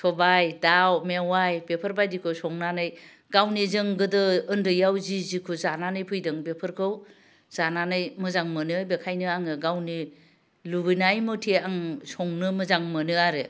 सबाय दाउ मेवाइ बेफोरबायदिखौ संनानै गावनिजों गोदो उन्दैयाव जि जिखौ जानानै फैदों बेफोरखौ जानानै मोजां मोनो बेखायनो आङो गावनि लुबैनाय मथे आं संनो मोजां मोनो आरो